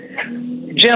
Jim